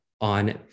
on